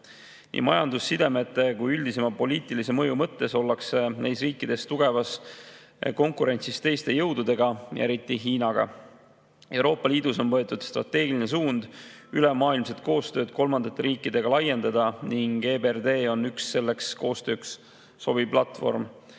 Nii majandussidemete kui ka üldisema poliitilise mõju mõttes ollakse neis riikides tugevas konkurentsis teiste jõududega, eriti Hiinaga. Euroopa Liidus on võetud strateegiline suund ülemaailmset koostööd kolmandate riikidega laiendada ning EBRD on üks selleks koostööks sobiv platvorm.